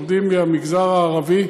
עובדים מהמגזר הערבי,